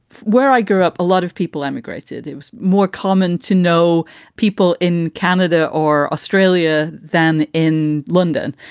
where i grew up, a lot of people emigrated. it was more common to know people in canada or australia than in london.